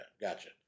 gotcha